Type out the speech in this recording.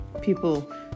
people